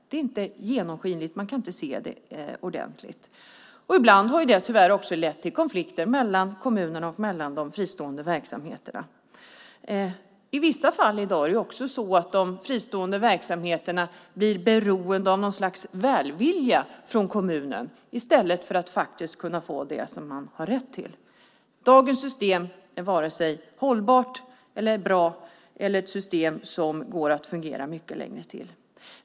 Det är inte genomskinligt. Man kan inte se det ordentligt. Ibland har detta tyvärr också lett till konflikter mellan kommunen och de fristående verksamheterna. I vissa fall blir de fristående verksamheterna i dag också beroende av något slags välvilja från kommunen i stället för att de får det som de faktiskt har rätt till. Dagens system är varken hållbart eller bra och det är inget system som kommer att kunna fungera mycket längre till.